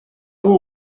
will